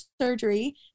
surgery